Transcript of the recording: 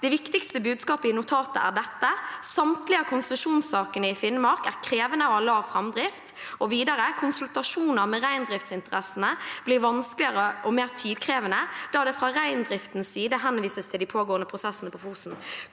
«Det viktigste budskapet i notatet er dette: Samtlige av konsesjonssakene i Finnmark er krevende og har lav framdrift.» Videre står det: «Konsultasjoner med reindriftsinteressene blir vanskeligere og mer tidkrevende, da det fra reindriftens side henvises til de pågående prosessene på Fosen.»